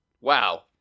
Wow